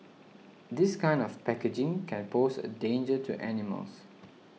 this kind of packaging can pose a danger to animals